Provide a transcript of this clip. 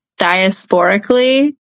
diasporically